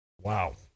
Wow